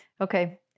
okay